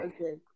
okay